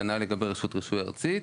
כנ"ל לגבי רשות רישוי ארצית.